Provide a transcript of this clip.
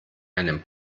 einen